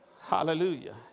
Hallelujah